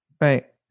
Right